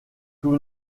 tout